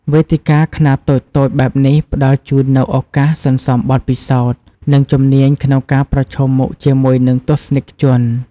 វេទិកាខ្នាតតូចៗបែបនេះផ្តល់ជូននូវឱកាសសន្សំបទពិសោធន៍ និងជំនាញក្នុងការប្រឈមមុខជាមួយនឹងទស្សនិកជន។